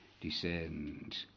descend